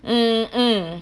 mm mm